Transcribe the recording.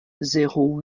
zéro